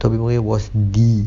toby maguire was the